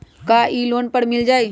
का इ लोन पर मिल जाइ?